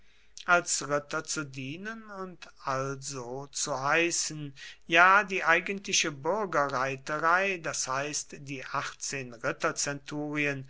als ritter zu dienen und also zu heißen ja die eigentliche bürgerreiterei das heißt die achtzehn